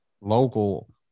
local